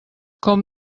com